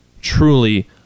truly